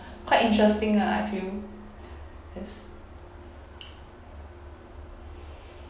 quite interesting lah I feel yes